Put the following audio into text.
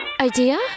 Idea